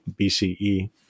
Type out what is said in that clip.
BCE